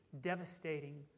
devastating